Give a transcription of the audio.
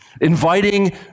Inviting